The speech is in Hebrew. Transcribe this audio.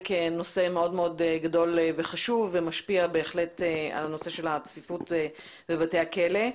כנושא מאוד מאוד גדול וחשוב ומשפיע על הנושא של הצפיפות בבתי הכלא.